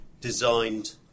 designed